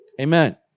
Amen